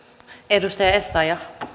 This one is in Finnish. arvoisa rouva